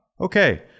Okay